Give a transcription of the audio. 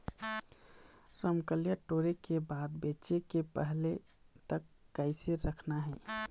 रमकलिया टोरे के बाद बेंचे के पहले तक कइसे रखना हे?